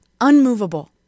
unmovable